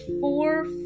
four